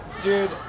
Dude